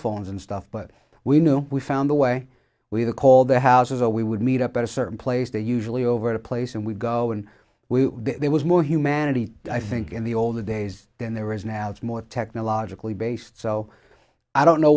phones and stuff but we knew we found the way we were called the houses or we would meet up at a certain place they usually over the place and we'd go and we there was more humanity i think in the olden days than there is now it's more technologically based so i don't know